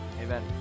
Amen